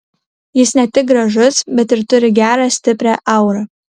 jis ne tik gražus bet ir turi gerą stiprią aurą